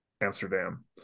Amsterdam